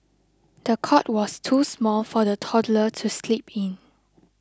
the cot was too small for the toddler to sleep in